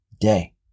day